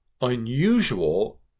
unusual